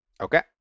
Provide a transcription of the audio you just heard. Okay